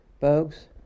folks